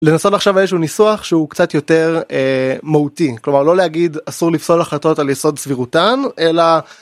לנסות עכשיו איזה שהוא ניסוח שהוא קצת יותר מהותי כלומר לא להגיד אסור לפסול החלטות על יסוד סבירותן אלא.